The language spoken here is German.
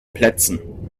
plätzen